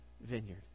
vineyard